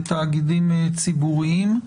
בתאגידים ציבוריים.